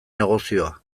negozioa